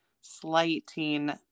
slighting